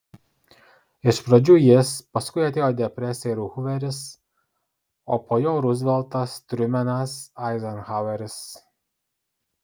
iš pradžių jis paskui atėjo depresija ir huveris o po jo ruzveltas trumenas eizenhaueris